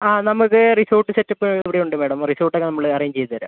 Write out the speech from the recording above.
ആ നമ്മൾക്ക് resort setup ഇവിടെ ഉണ്ട് മാഡം റിസോർട്ടൊക്കെ നമ്മൾ അറേഞ്ച് ചെയ്തു തരാം